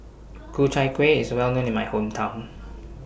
Ku Chai Kueh IS Well known in My Hometown